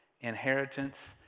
inheritance